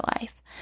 life